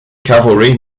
cavalry